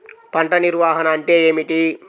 పంట నిర్వాహణ అంటే ఏమిటి?